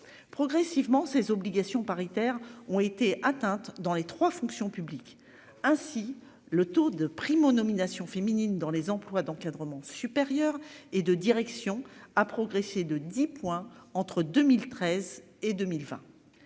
progressivement ses obligations paritaire ont été atteintes dans les 3 fonctions publiques ainsi le taux de Primo nominations féminines dans les emplois d'encadrement supérieur et de direction a progressé de 10 points entre 2013 et 2020.